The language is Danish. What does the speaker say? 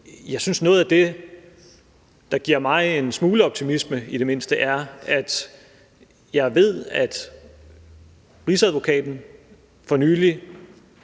Jeg synes, at noget af det, der i det mindste giver mig en smule optimisme, er, at jeg ved, at Rigsadvokaten for nylig